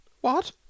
What